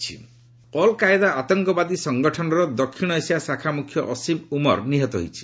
Al Qaeda killed Al Qaeda ଆତଙ୍କବାଦୀ ସଂଗଠନର ଦକ୍ଷିଣ ଏସିଆ ଶାଖା ମୁଖ୍ୟ ଅସିମ୍ ଉମର ନିହତ ହୋଇଛି